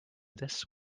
this